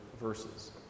verses